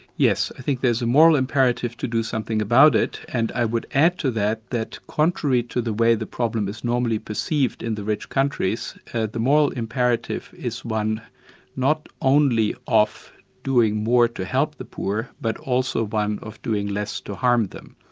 yes, i think there's a moral imperative to do something about it, and i would add to that that contrary to the way the problem is normally perceived in the rich countries, the moral imperative is one not only of doing more to help the poor but also one of doing less to harm them.